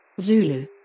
Zulu